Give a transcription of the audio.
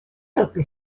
helpu